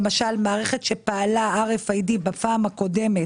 למשל מערכת שפעלה RFID בפעם הקודמת